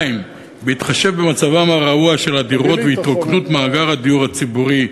2. בהתחשב במצבן הרעוע של הדירות והתרוקנות מאגר הדיור הציבורי,